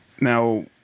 Now